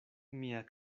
mia